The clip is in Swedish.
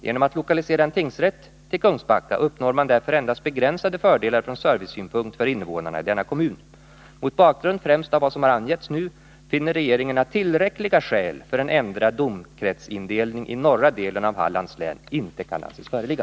Genom att lokalisera en tingsrätt till Kungsbacka uppnår man därför endast begränsade fördelar från servicesynpunkt för invånarna i denna kommun. Mot bakgrund främst av vad som har angetts nu finner regeringen att tillräckliga skäl för en ändrad domkretsindelning i norra delen av Hallands län inte kan anses föreligga.”